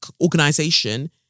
Organization